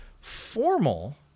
Formal